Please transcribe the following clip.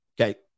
okay